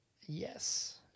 Yes